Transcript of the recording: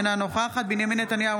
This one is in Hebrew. אינה נוכחת בנימין נתניהו,